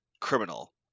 criminal